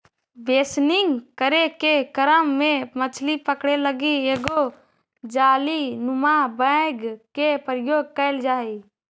बेसनिंग करे के क्रम में मछली पकड़े लगी एगो जालीनुमा बैग के प्रयोग कैल जा हइ